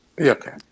Okay